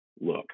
look